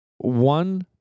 One